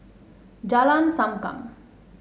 Jalan Sankam